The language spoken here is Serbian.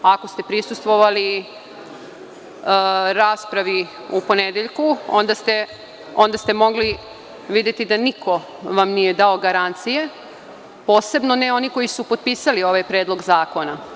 Ako ste prisustvovali raspravi u ponedeljak, onda ste mogli videti da vam niko nije dao garancije, posebno ne oni koji su potpisali ovaj Predlog zakona.